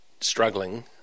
struggling